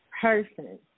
person